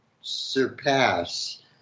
surpass